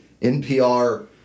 NPR